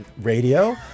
radio